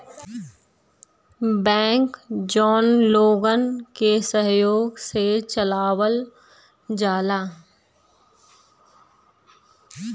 bank जौन लोगन क सहयोग से चलावल जाला